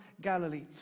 Galilee